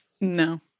No